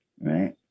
right